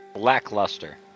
Lackluster